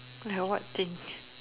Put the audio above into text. like what thing